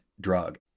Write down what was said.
drug